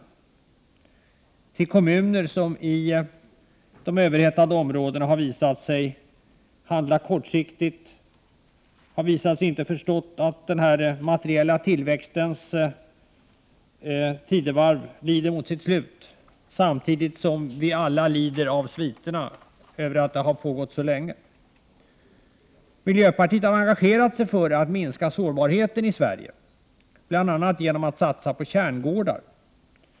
Det är fråga om kommuner som i de överhettade områdena visat sig handla kortsiktigt och som inte förstått att den materiella tillväxtens tidevarv lider mot sitt slut, samtidigt som vi alla lider av sviterna efter att den materiella tillväxten pågått så länge. Miljöpartiet har engagerat sig för en minskad sårbarhet i Sverige, bl.a. genom att satsa på kärngårdar.